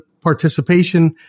participation